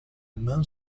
moon